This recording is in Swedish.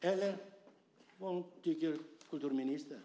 Eller vad tycker kulturministern?